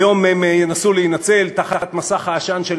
היום הם ינסו להינצל תחת מסך העשן של